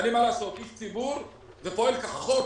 אני פועל כחוק